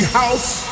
house